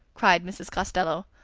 cried mrs. costello.